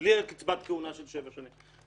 בלי קצבת כהונה של שבע שנים,